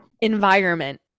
environment